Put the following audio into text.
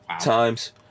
Times